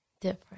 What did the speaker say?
Different